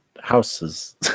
houses